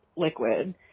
Liquid